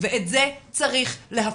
ואת זה צריך להפסיק.